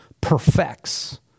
perfects